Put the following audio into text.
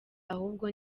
ahubwo